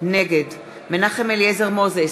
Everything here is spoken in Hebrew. נגד מנחם אליעזר מוזס,